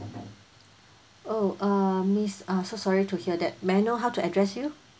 oh uh miss ah sorry to hear that may I knw how to address you